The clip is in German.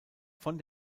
von